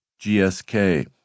GSK